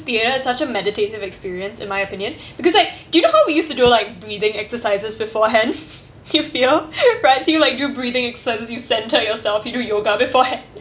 theatre such a meditative experience in my opinion because like do you know how we used to do like breathing exercises beforehand to feel right so you're like do breathing exercises you centre yourself you do yoga beforehand